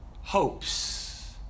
hopes